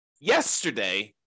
yesterday